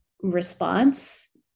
response